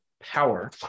power